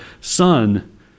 Son